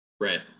Right